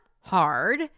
hard